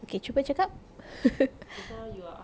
okay cuba cakap